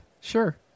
sure